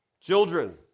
Children